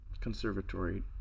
conservatory